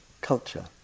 culture